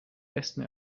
besten